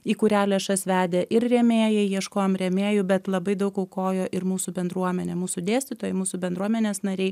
į kurią lėšas vedė ir rėmėjai ieškojom rėmėjų bet labai daug aukojo ir mūsų bendruomenė mūsų dėstytojai mūsų bendruomenės nariai